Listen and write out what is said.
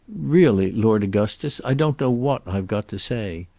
really, lord augustus, i don't know what i've got to say.